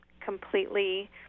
completely